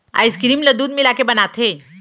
ice cream ल दूद मिलाके बनाथे